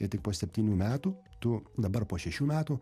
ir tik po septynių metų tu dabar po šešių metų